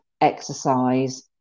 exercise